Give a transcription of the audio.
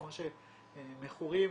כמו שלמכורים,